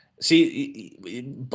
See